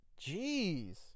Jeez